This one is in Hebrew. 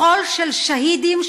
מחול של שהידים,